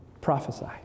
Prophesy